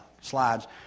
slides